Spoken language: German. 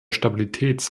stabilitäts